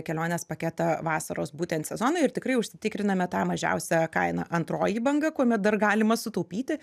kelionės paketą vasaros būtent sezonui ir tikrai užsitikriname tą mažiausią kainą antroji banga kuomet dar galima sutaupyti